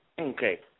Okay